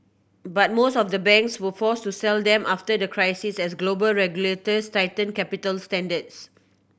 but most of the banks were forced to sell them after the crisis as global regulators tightened capital standards